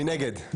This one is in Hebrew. מי נגד?